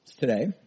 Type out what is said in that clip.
today